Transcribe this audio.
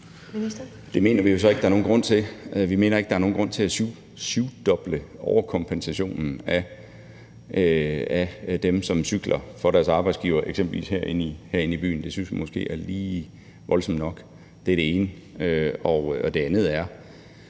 Vi mener ikke, der er nogen grund til at syvdoble overkompensationen af dem, som cykler i forbindelse med deres arbejde, eksempelvis herinde i byen. Det synes vi måske er lige voldsomt nok. Det er det ene. Og det andet er,